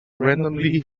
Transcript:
randomly